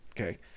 okay